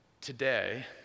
today